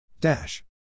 Dash